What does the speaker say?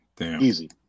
easy